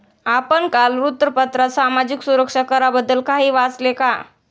आपण काल वृत्तपत्रात सामाजिक सुरक्षा कराबद्दल काही वाचले का?